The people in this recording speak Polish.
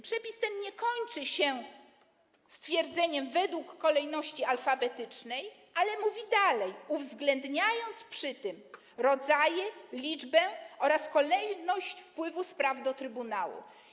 Przepis ten nie kończy się stwierdzeniem: według kolejności alfabetycznej, ale mówi dalej: uwzględniając przy tym rodzaje, liczbę oraz kolejność wpływu spraw do trybunału.